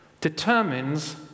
determines